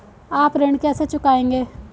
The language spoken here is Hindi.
आप ऋण कैसे चुकाएंगे?